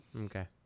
Okay